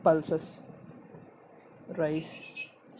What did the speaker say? pulses rice